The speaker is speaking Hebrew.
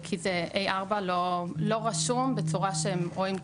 כי ה/4 לא רשום בצורה שהם רואים,